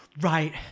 right